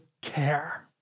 care